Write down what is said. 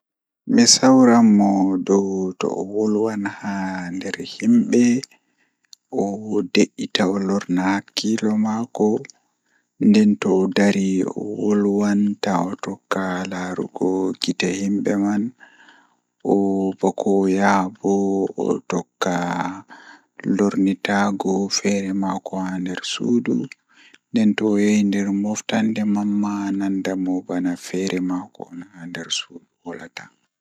Mi sawran mo dow to o wolwan haa nder himɓe o te'ita o wallina hakkiilo maako nden to o dari o wolwan taa o tokka laarugo gite himɓe man bako o yaha bo o tokka lornitaago wolde man feere maako nder suudu nden to o yahi nder moftande man tokka nandugo mo bana feere maako on haa babal man.